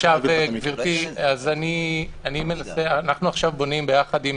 גברתי, אנחנו עכשיו בונים ביחד עם